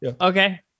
Okay